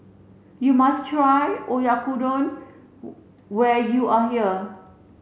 you must try Oyakodon when you are here